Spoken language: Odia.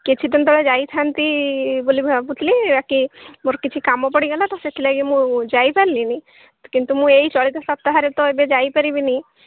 କିଛି ଦିନ ତଳେ ଯାଇଥାନ୍ତି ବୋଲି ଭାବୁଥିଲି ବାକି ମୋର କିଛି କାମ ପଡ଼ିଗଲା ତ ସେଥିଲାଗି ମୁଁ ଯାଇପାରିଲିନି କିନ୍ତୁ ମୁଁ ଏଇ ଚଳିତ ସପ୍ତାହରେ ତ ଏବେ ଯାଇପାରିବିନି